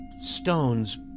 stones